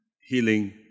healing